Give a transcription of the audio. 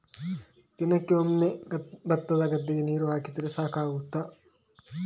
ದಿನಕ್ಕೆ ಒಮ್ಮೆ ಭತ್ತದ ಗದ್ದೆಗೆ ನೀರು ಹಾಕಿದ್ರೆ ಸಾಕಾಗ್ತದ?